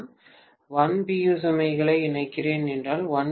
u சுமைகளை இணைக்கிறேன் என்றால் 1 p